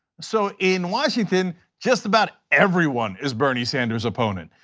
so in washington just about everyone is bernie sanders opponent.